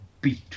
beat